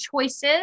choices